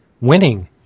winning